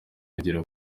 agera